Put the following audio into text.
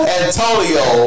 Antonio